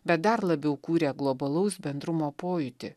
bet dar labiau kūrė globalaus bendrumo pojūtį